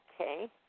Okay